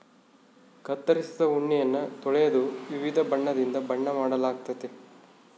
ಕತ್ತರಿಸಿದ ಉಣ್ಣೆಯನ್ನ ತೊಳೆದು ವಿವಿಧ ಬಣ್ಣದಿಂದ ಬಣ್ಣ ಮಾಡಲಾಗ್ತತೆ